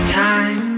time